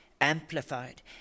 amplified